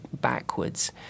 backwards